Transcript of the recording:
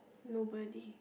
nobody